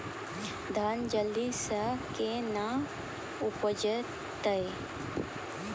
धान जल्दी से के ना उपज तो?